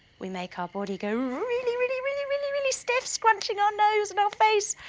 we make our body go really really really really really stiff scrunching our nose and our face